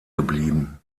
geblieben